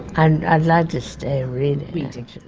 and i'd like to stay reading.